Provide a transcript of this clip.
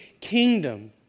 kingdom